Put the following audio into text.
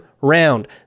round